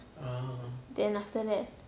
then after that